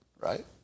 right